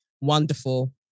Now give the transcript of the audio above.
Wonderful